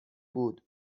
بود